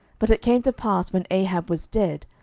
but it came to pass, when ahab was dead,